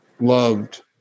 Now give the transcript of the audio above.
loved